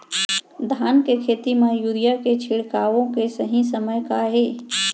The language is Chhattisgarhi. धान के खेती मा यूरिया के छिड़काओ के सही समय का हे?